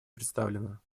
представлена